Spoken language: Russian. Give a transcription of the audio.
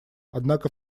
однако